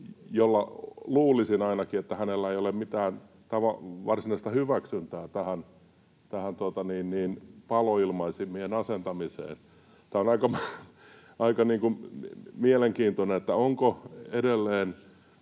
josta luulisin ainakin, että hänellä ei ole mitään varsinaista hyväksyntää tähän paloilmaisimien asentamiseen. Tämä on aika mielenkiintoista, että onko edelleen